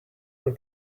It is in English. for